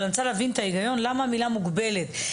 אבל אני רוצה להבין את ההיגיון שמאחורי המילה: "מוגבלת".